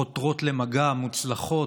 חותרות למגע, מוצלחות,